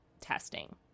testing